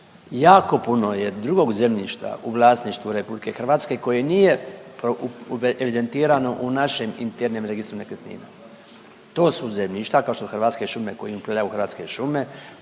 Jako puno je drugog zemljišta u vlasništvu RH koje nije evidentirano u našem internom registru nekretnina. To su zemljišta kao što su hrvatske šume kojim upravljaju Hrvatske šume,